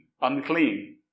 unclean